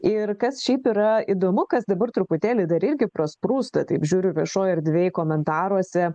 ir kas šiaip yra įdomu kas dabar truputėlį dar irgi prasprūsta taip žiūriu viešoj erdvėj komentaruose